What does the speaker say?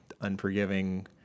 unforgiving